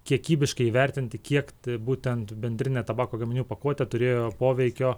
kiekybiškai įvertinti kiek būtent bendrinė tabako gaminių pakuotė turėjo poveikio